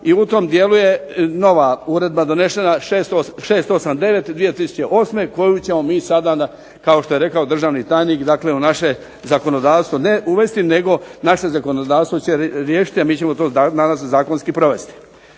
i u tom dijelu je nova uredba donešena 689. 2008. koju ćemo mi sada kao što je rekao državni tajnik dakle u naše zakonodavstvo ne uvesti, nego naše zakonodavstvo će riješiti, a mi ćemo to nadam se zakonski provesti.